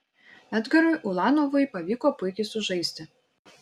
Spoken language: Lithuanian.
edgarui ulanovui pavyko puikiai sužaisti